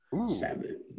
Seven